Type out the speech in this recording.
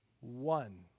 one